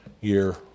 year